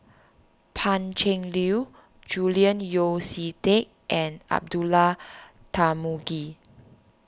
Pan Cheng Lui Julian Yeo See Teck and Abdullah Tarmugi